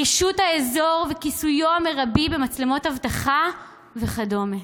רישות האזור וכיסויו המרבי במצלמות אבטחה וכדומה.